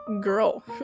girl